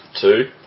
two